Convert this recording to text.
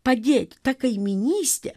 padėti ta kaimynystė